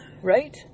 Right